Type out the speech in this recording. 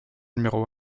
numéro